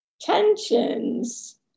tensions